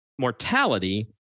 mortality